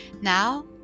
Now